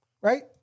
Right